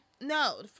no